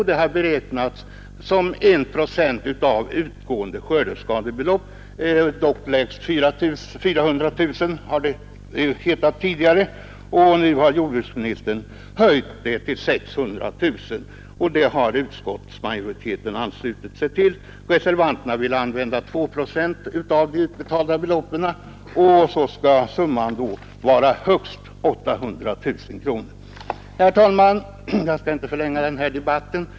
De har beräknats till I procent av utgående skördeskadebelopp, hittills lägst 400 000 kronor. Nu har jordbruksministern föreslagit en höjning till 600 000 kronor, vilket förslag utskottsmajoriteten ansluter sig till. Reservanterna vill använda 2 procent av de utbetalda beloppen och att beloppet skall vara högst 800 000 kronor. Herr talman! Jag skall inte förlänga den här debatten.